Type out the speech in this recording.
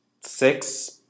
six